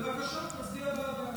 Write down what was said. בבקשה, תצביע בעדה.